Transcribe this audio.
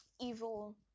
evil